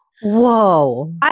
Whoa